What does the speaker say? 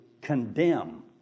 condemn